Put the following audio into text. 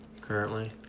currently